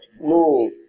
No